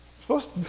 supposed